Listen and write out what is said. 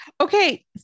okay